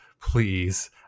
please